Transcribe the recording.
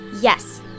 Yes